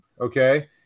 okay